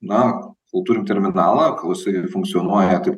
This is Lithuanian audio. na o turim terminalą kol jisai funkcionuoja taip